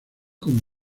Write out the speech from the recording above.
con